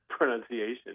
pronunciation